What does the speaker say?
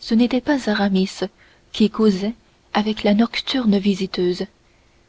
ce n'était pas aramis qui causait avec la nocturne visiteuse